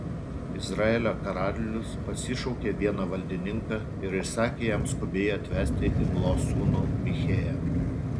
izraelio karalius pasišaukė vieną valdininką ir įsakė jam skubiai atvesti imlos sūnų michėją